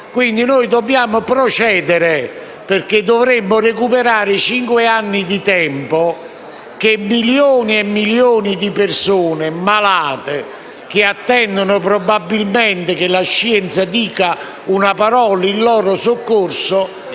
Noi dobbiamo procedere perché dobbiamo recuperare cinque anni di tempo per milioni e milioni di persone malate che attendono, probabilmente, che la scienza dica una parola in loro soccorso,